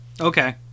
okay